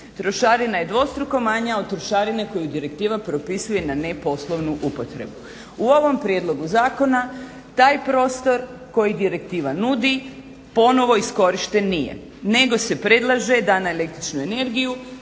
trošarina je dvostruko manja od trošarine koju direktiva propisuje na neposlovnu upotrebu. U ovom prijedlogu zakona taj prostor koji direktiva nudi ponovno iskorišten nije, nego se predlaže da na el.energiju